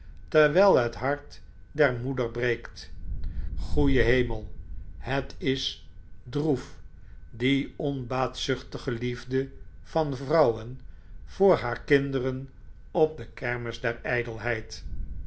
terwijl het hart der moeder breekt goeie hemel het is droef die onbaatzuchtige liefde van vrouwen voor haar kinderen op de kermis der